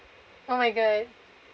oh my god